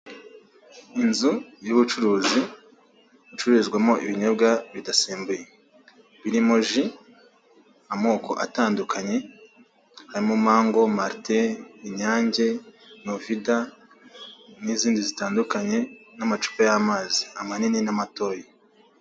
Inzu y'ubucuruzi icururizwamo ibinyobwa bidasembuye, birimo ji amoko atandukanye, harimo mango, marite, inyange, novida n'izindi zitandukanye n'amacupa y'amazi manini n'amatoya.